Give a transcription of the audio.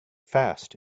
fast